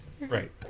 Right